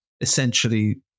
essentially